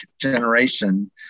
generation